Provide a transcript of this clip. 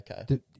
okay